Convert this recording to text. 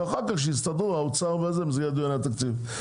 ואחר כך שיסתדרו במסגרת דיוני התקציב,